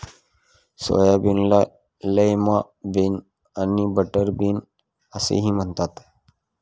सोयाबीनला lima bean आणि butter bean असेही म्हणतात